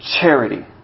charity